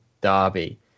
Derby